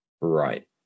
right